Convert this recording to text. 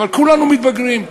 אבל כולנו מתבגרים.